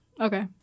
Okay